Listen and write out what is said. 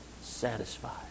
satisfied